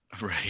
Right